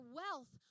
wealth